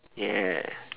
ya